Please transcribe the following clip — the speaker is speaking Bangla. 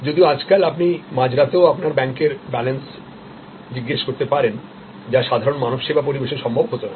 যদিও আজকাল আপনি মাঝরাতেও আপনার ব্যাংকের ব্যালেন্স জিজ্ঞেস করতে পারেন যা সাধারণ মানবসেবা পরিবেশে সম্ভব হত না